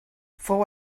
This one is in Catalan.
fou